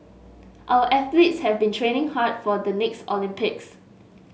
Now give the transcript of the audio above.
our athletes have been training hard for the next Olympics